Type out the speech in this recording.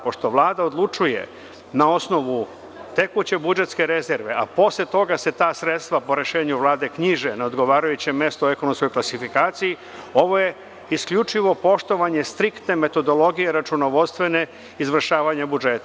Pošto Vlada odlučuje na osnovu tekuće budžetske rezerve, a posle toga se ta sredstva po rešenju Vlade knjiže na odgovarajućem mestu u ekonomskoj klasifikaciji, ovo je isključivo poštovanje striktne metodologije računovodstvene izvršavanje budžeta.